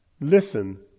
Listen